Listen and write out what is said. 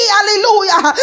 Hallelujah